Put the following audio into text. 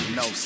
no